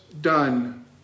done